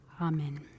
Amen